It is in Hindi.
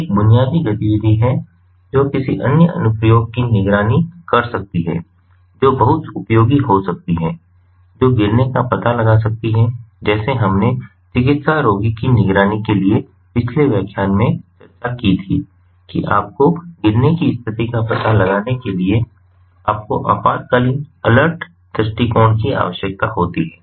तो एक बुनियादी गतिविधि है जो किसी अन्य अनुप्रयोग की निगरानी कर सकती है जो बहुत उपयोगी हो सकती है जो गिरने का पता लगा सकती है जैसे हमने चिकित्सा रोगी की निगरानी के लिए पिछले व्याख्यान में चर्चा की थी कि आपको गिरने की स्थिति का पता लगाने के लिए आपको आपातकालीन अलर्ट दृष्टिकोण की आवश्यकता होती है